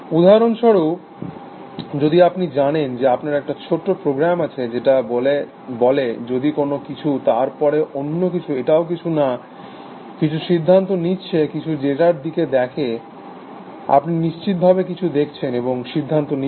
উদাহরণস্বরূপ যদি আপনি জানেন যে আপনার একটা ছোট্ট প্রোগ্রাম আছে যেটা বলে যদি কোনো কিছু তার পরে অন্যকিছু এটাও কিছু না কিছু সিদ্ধান্ত নিচ্ছে কিছু ডাটার দিকে দেখে আপনি নিশ্চিতভাবে কিছু দেখছেন এবং সিদ্ধান্ত নিচ্ছেন